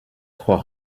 trois